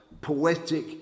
poetic